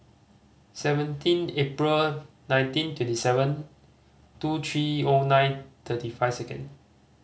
seventeen April nineteen twenty seven two three O nine thirty five second